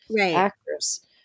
actors